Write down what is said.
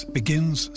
begins